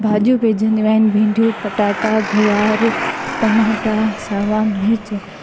भाॼियूं पैजंदियूं आहिनि भींडियूं पटाटा गुआर टमाटा सावा मिर्च